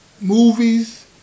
movies